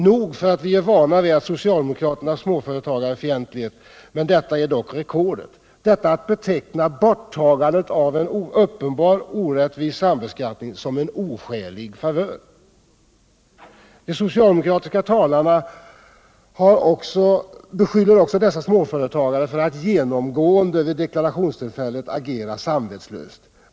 Nog för att vi är vana vid socialdemokraternas småföretagarfientlighet, men detta är dock rekordet — detta att beteckna borttagandet av en uppenbart orättvis sambeskattning såsom en oskälig favör. De socialdemokratiska talarna beskyller också dessa småföretagare för att genomgående vid deklarationstillfället agera samvetslöst.